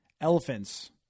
Elephants